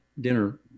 dinner